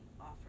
offer